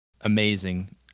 amazing